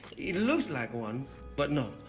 it looks like one but no.